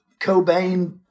Cobain